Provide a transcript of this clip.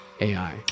AI